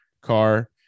car